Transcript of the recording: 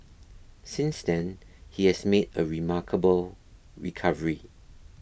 since then he has made a remarkable recovery